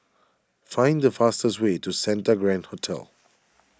find the fastest way to Santa Grand Hotel